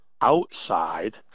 outside